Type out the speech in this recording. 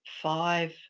five